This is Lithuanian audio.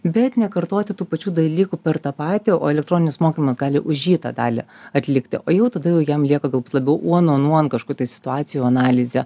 bet nekartoti tų pačių dalykų per tą patį o elektroninis mokymas gali už jį tą dalį atlikti o jau tada jau jam lieka galbūt labiau one on one kažkų tai situacijų analizė